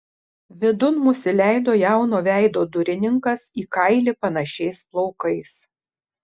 vidun mus įleido jauno veido durininkas į kailį panašiais plaukais